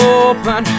open